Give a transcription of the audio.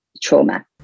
trauma